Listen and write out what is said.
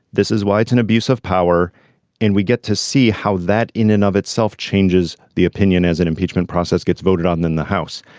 this is why it's an abuse of power and we get to see how that in and of itself changes the opinion as an impeachment process gets voted on in the house.